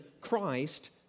Christ